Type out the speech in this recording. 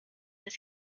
his